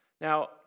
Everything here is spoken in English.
Now